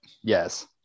yes